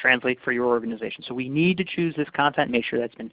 translates for your organization. so we need to choose this content nature that's been